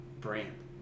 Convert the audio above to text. brand